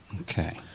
Okay